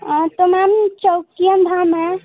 आ तो मैम चौकियन धाम है